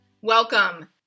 Welcome